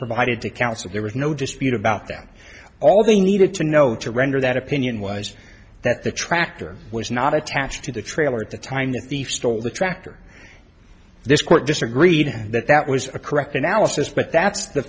provided to counsel there was no dispute about them all they needed to know to render that opinion was that the tractor was not attached to the trailer at the time the thief stole the tractor this court disagreed that that was a correct analysis but that's the